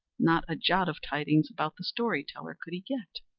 not a jot of tidings about the story-teller could he get.